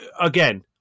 again